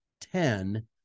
Ten